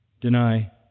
deny